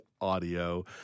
audio